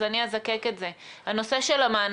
אז אני אזקק את זה הנושא של המענקים,